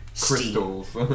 Crystals